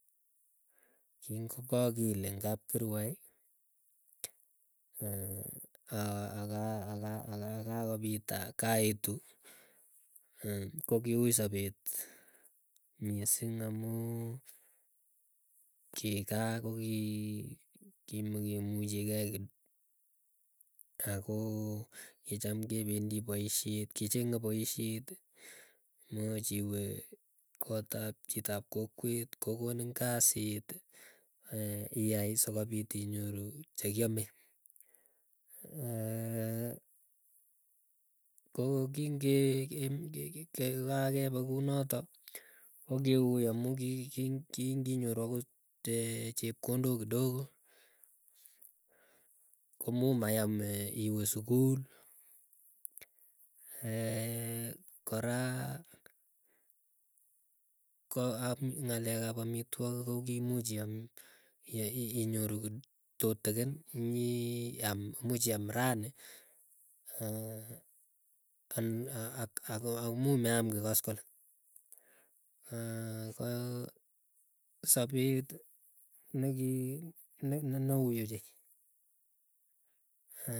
Kingokakil eng kapkirwai, aka aka akakopita kaetu, kokiui sapeti misiing amuu kigaa kokimekemuchikei kido akoo kicham kependi poiyet kicheng'e poisyet, muuch iwe kootap chitap kokwet kokonin kasit iai sokopit inyoru chekiamei. Ko kinge ke kokakepe kounotok ko kiu amu kii kinginyoru akot chepkondok kidogo komuu mayam iwe sukul kora. Ng'alek ap amitwogik ko kimuuch aiam, inyoru tutikin inyiam muuch iam ranii ak muuch meam ki koskoleng ko sapet neui ochei.